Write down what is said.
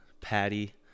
Patty